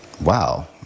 wow